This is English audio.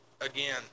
Again